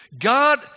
God